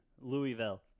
Louisville